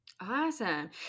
Awesome